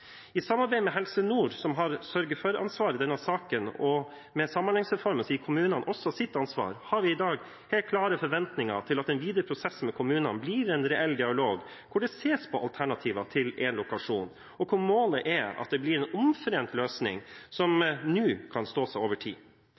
I samarbeid med Helse Nord, som har et sørge-for-ansvar i denne saken, og med Samhandlingsreformen fikk kommunene også sitt ansvar, har vi i dag helt klare forventninger til at den videre prosessen med kommunene blir en reell dialog, hvor det ses på alternativer til en lokasjon, og hvor målet er at det blir en omforent løsning som kan stå seg over tid.